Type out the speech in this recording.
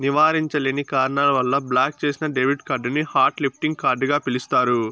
నివారించలేని కారణాల వల్ల బ్లాక్ చేసిన డెబిట్ కార్డుని హాట్ లిస్టింగ్ కార్డుగ పిలుస్తారు